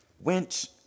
Winch